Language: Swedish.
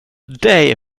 dig